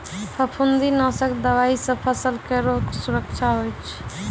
फफूंदी नाशक दवाई सँ फसल केरो सुरक्षा होय छै